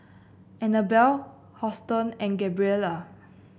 Annabel Houston and Gabriella